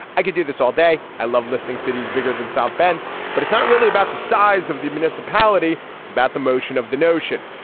i could do this all day. i love listening cities bigger than s-band, but it's not really about the size of the municipality. it's about the motion of the notion.